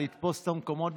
לתפוס את המקומות,